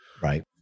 Right